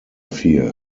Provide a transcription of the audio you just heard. fear